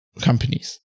companies